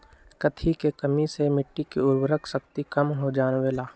कथी के कमी से मिट्टी के उर्वरक शक्ति कम हो जावेलाई?